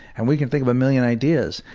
and we can think of a million ideas.